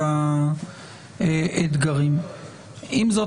האם יש לך תשובה לגבי שאלתו של חבר הכנסת שפע?